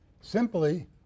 simply